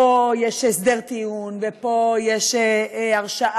פה יש הסדר טיעון ופה יש הרשעה,